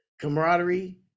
camaraderie